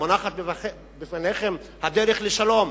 מונחת לפניכם הדרך לשלום.